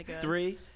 three